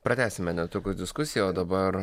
pratęsime netrukus diskusiją o dabar